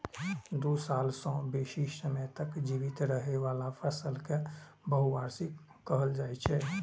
दू साल सं बेसी समय तक जीवित रहै बला फसल कें बहुवार्षिक कहल जाइ छै